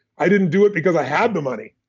i didn't do it because i had the money.